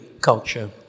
culture